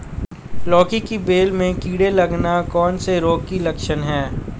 लौकी की बेल में कीड़े लगना कौन से रोग के लक्षण हैं?